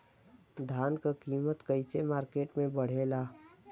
धान क कीमत कईसे मार्केट में बड़ेला?